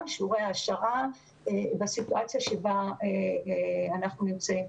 שיעורי ההעשרה בסיטואציה שבה אנחנו נמצאים.